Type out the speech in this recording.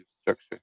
structure